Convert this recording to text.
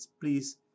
Please